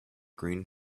green